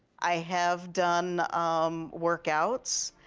i have done um workouts,